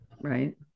Right